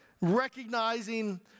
Recognizing